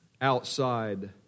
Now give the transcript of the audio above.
outside